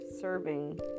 serving